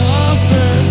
offer